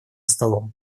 столом